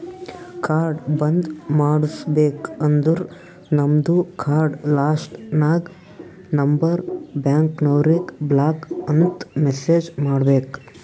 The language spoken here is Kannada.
ಕಾರ್ಡ್ ಬಂದ್ ಮಾಡುಸ್ಬೇಕ ಅಂದುರ್ ನಮ್ದು ಕಾರ್ಡ್ ಲಾಸ್ಟ್ ನಾಕ್ ನಂಬರ್ ಬ್ಯಾಂಕ್ನವರಿಗ್ ಬ್ಲಾಕ್ ಅಂತ್ ಮೆಸೇಜ್ ಮಾಡ್ಬೇಕ್